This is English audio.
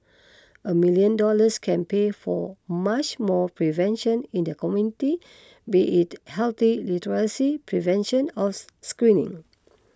a million dollars can pay for much more prevention in the community be it healthy literacy prevention or screening